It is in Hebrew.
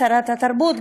שרת התרבות,